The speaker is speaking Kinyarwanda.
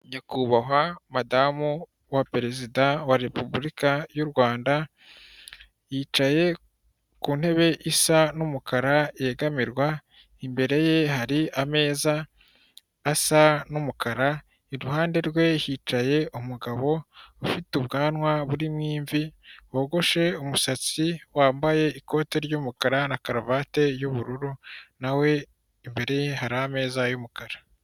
Nyakubahwa madamu wa perezida wa repubulika y'u Rwanda yicaye ku ntebe isa n'umukara yegamirwa. Imbere ye hari ameza asa n'umukara. Iruhande rwe hicaye umugabo ufite ubwanwa burimo imvi, wogoshe umusatsi, wambaye ikoti ry'umukara na karuvati y'ubururu nawe imbere ye hari ameza y'umukara.